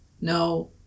no